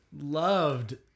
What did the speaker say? loved